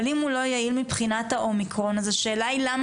אבל אם הוא לא יעיל מבחינת האומיקרון אז השאלה היא למה